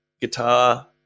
guitar